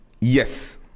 Yes